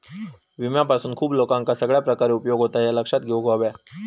विम्यापासून खूप लोकांका सगळ्या प्रकारे उपयोग होता, ह्या लक्षात घेऊक हव्या